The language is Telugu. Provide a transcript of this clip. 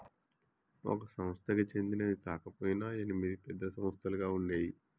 ఒక సంస్థకి చెందినవి కాకపొయినా ఎనిమిది పెద్ద సంస్థలుగా ఉండేయ్యి